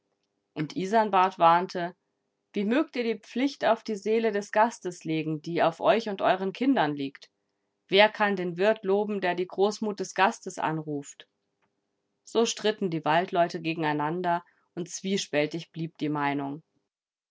und isanbart warnte wie mögt ihr die pflicht auf die seele des gastes legen die auf euch und euren kindern liegt wer kann den wirt loben der die großmut des gastes anruft so stritten die waldleute gegeneinander und zwiespältig blieb die meinung